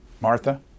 Martha